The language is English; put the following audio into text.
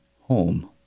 Home